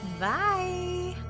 bye